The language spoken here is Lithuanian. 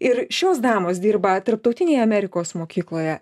ir šios damos dirba tarptautinėje amerikos mokykloje